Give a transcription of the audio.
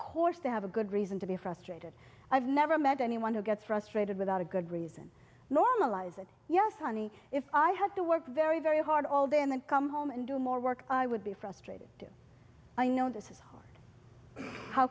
course they have a good reason to be frustrated i've never met anyone who gets frustrated without a good reason normalize it yes honey if i had to work very very hard all day and then come home and do more work i would be frustrated i know this is where how